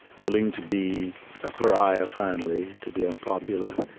willing to be a pariah, finally, to be unpopular